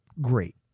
great